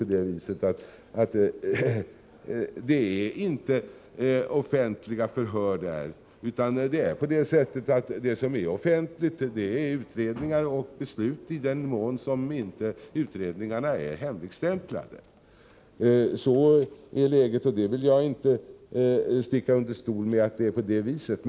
Det är ju inte offentliga förhör inom åklagarväsendet, utan det som är offentligt är utredningar och beslut, i den mån som inte utredningarna är hemligstämplade. Jag vill inte sticka under stol med att det är på det viset.